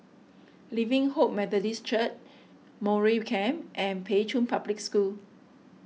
Living Hope Methodist Church Mowbray Camp and Pei Chun Public School